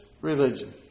religion